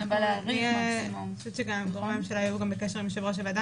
אני חושבת שגם גורמי הממשלה יהיה בקשר עם יושב-ראש הוועדה,